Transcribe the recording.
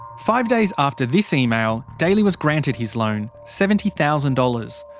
five days after this email, daly was granted his loan seventy thousand dollars.